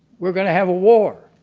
we are going to have a war.